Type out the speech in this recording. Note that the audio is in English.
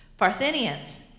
Parthenians